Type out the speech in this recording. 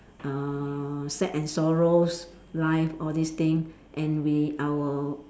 uh sad and sorrows life all these thing and we our